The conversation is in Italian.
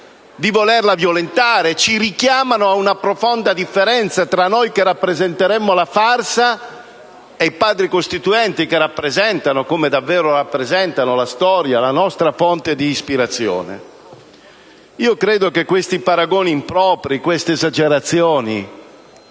di volerla violentare; ci richiamano ad una profonda differenza tra noi che rappresenteremmo la farsa e i Padri costituenti che rappresentano (come davvero rappresentano) la storia, la nostra fonte di ispirazione. Credo che questi paragoni impropri, queste esagerazioni,